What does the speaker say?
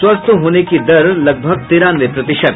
स्वस्थ होने की दर लगभग तिरानवे प्रतिशत